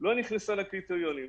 לא נכנסה לקריטריונים.